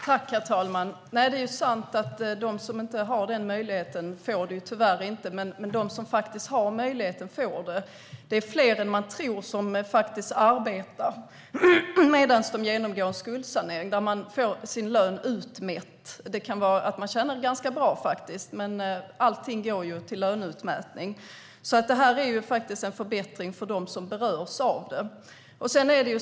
Herr talman! Det är sant att de som inte har den möjligheten tyvärr inte får det, men de som faktiskt har möjligheten får det. Det är fler än man tror som arbetar medan de genomgår skuldsanering och får sin lön utmätt. De kan tjäna ganska bra, men allting går till löneutmätning. Detta är en förbättring för dem som berörs.